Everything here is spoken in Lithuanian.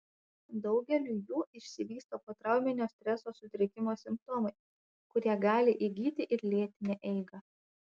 daugeliui jų išsivysto potrauminio streso sutrikimo simptomai kurie gali įgyti ir lėtinę eigą